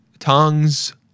Tongues